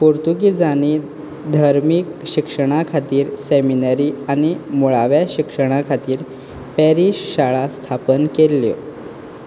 पुर्तुगीजांनी धर्मीक शिक्षणा खातीर सेमिनरी आनी मुळाव्या शिक्षणा खातीर पॅरीश शाळा स्थापन केल्ल्यो